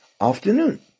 afternoon